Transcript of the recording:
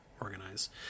organize